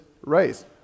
race